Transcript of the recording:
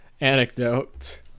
anecdote